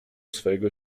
swojego